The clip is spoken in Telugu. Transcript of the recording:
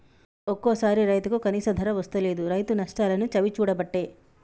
ఒక్కోసారి రైతుకు కనీస ధర వస్తలేదు, రైతు నష్టాలనే చవిచూడబట్టే